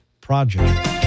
project